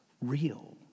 real